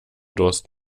durst